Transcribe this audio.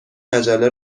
مجله